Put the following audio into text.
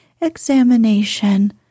examination